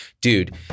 dude